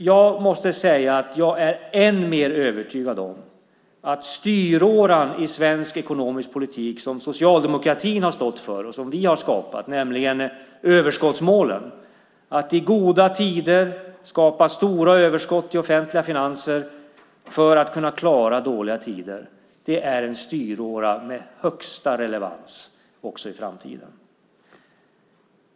Jag måste säga att jag är än mer övertygad om att den styråra i svensk ekonomisk politik som socialdemokratin har stått för, som vi har skapat, nämligen överskottsmålen, att i goda tider skapa stora överskott i offentliga finanser för att kunna klara dåliga tider, är en styråra med högsta relevans också i framtiden.